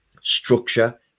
structure